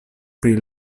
pri